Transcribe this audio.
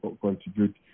contribute